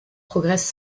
progresse